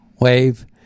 wave